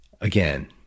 again